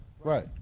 Right